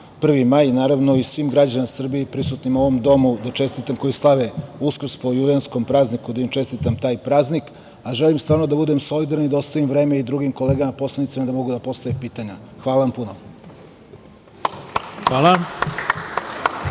1. maj i naravno svim građanima u Srbiji i prisutnima u ovom domu da čestitam koji slave Uskrs po julijanskom kalendaru, da im čestitam taj praznik. Želim stvarno da budem solidaran i da ostavim vreme i drugim kolegama poslanicima da postave pitanja. Hvala vam puno. **Ivica